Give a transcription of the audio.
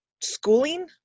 schooling